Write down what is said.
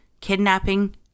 kidnapping